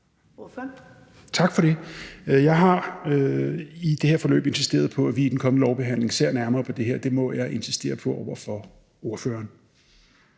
Tak for det. Jeg har i det her forløb insisteret på, at vi i den kommende lovbehandling ser nærmere på det her. Det må jeg insisterer på over for ordføreren.